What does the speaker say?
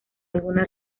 alguna